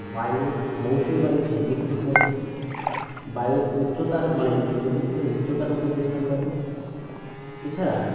বায়ুর মৌসুমি বায়ুর প্রকৃতির উপরে বায়ুর উচ্চতার মানে সমুদ্র থেকে উচ্চতার উপর নির্ভর করে এছাড়া